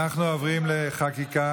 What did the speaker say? אנחנו עוברים לחקיקה,